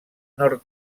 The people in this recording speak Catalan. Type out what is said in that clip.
nord